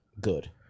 good